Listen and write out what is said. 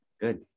Good